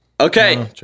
Okay